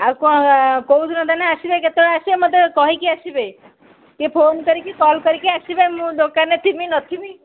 ଆଉ କଣ କେଉଁ ଦିନ ତାହେଲେ ଆସିବେ କେତେବେଳେ ଆସିବେ ମୋତେ କହିକି ଆସିବେ କି ଫୋନ କରିକି କଲ୍ କରିକି ଆସିବେ ମୁଁ ଦୋକାନରେ ଥିବି ନଥିବି